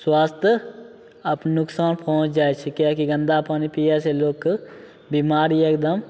स्वास्थ्य नोकसान पहुँच जाइ छिकै कि गन्दा पानी पिएसे लोकके बेमारी एकदम